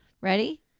Ready